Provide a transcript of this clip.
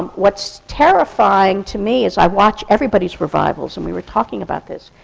what's terrifying to me is i watch everybody's revivals, and we were talking about this,